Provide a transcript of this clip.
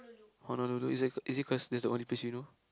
Honolulu is it is it cause that's the only place you know